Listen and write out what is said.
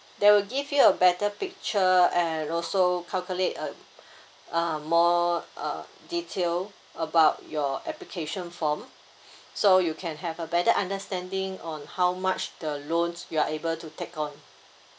they will give you a better picture and also calculate uh uh more uh detail about your application form so you can have a better understanding on how much the loans you are able to take on